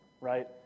right